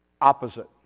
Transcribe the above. opposite